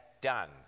done